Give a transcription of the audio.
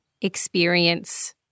experience